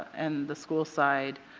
and, the school side.